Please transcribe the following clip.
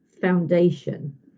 foundation